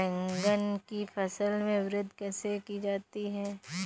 बैंगन की फसल में वृद्धि कैसे की जाती है?